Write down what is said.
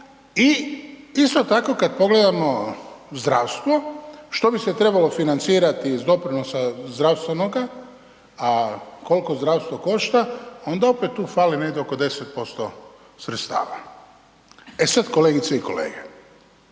I isto tako kad pogledamo zdravstvo što bi se trebalo financirati iz doprinosa zdravstvenoga, a koliko zdravstvo košta onda opet tu fali negdje oko 10% sredstava. E sada kolegice i kolege,